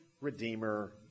redeemer